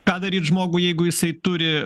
ką daryt žmogui jeigu jisai turi